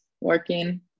working